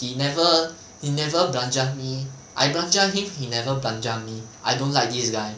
you never you never belanja me I belanja he never belanja me I don't like this guy